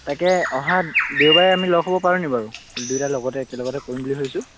তাকে অহা দেওবাৰে আমি লগ হ'ব পাৰোনি বাৰু দুইটা লগতে একেলগতে কৰিম বুলি ভাবিছোঁ